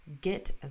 get